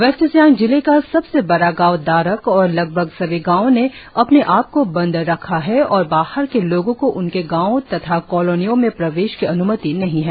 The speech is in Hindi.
वेस्ट सियांग जिले का सबसे बड़ा गांव डारक और लगभग सभी गांवों ने अपने आप को बंद रखा है और बाहर के लोगों को उनके गांवों तथा कॉलोनियों में प्रवेश की अन्मति नही है